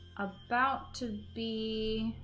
about to be